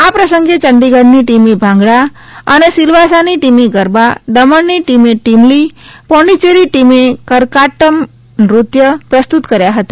આ પ્રસંગે ચંડીગડની ટીમે ભાંગડા અને સીલવાસાની ટીમે ગરબા દમણની ટીમે ટીમલી પોંડિચેરી ટીમે કરકાટટમ નૃત્ય પ્રસ્તુત કર્યા હતા